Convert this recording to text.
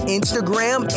Instagram